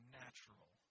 natural